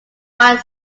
white